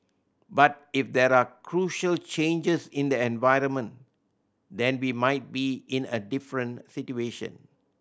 but if there are crucial changes in the environment then we might be in a different situation